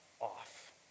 off